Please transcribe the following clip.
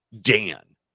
dan